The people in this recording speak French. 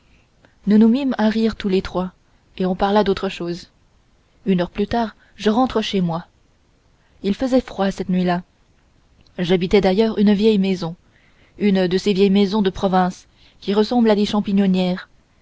nous nous mîmes à rire tous les trois et on parla d'autre chose une heure plus tard je rentre chez moi il faisait froid cette nuit-là j'habitais d'ailleurs une vieille maison une de ces vieilles maisons de province qui ressemblent à des champignonnières